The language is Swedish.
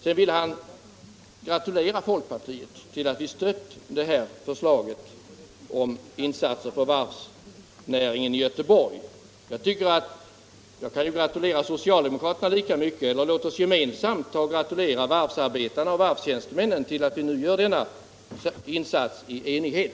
Herr Hugosson gratulerade folkpartiet till att ha stött förslaget om insatser för varvsnäringen i Göteborg. Jag kan i det avseendet gratulera socialdemokraterna lika mycket. Eller låt oss gemensamt gratulera varvsarbetarna och varvstjänstemännen till att vi nu gör denna insats i enighet.